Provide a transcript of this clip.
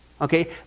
Okay